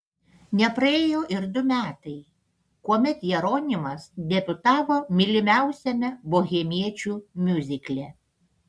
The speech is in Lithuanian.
nepraėjo ir du metai kuomet jeronimas debiutavo mylimiausiame bohemiečių miuzikle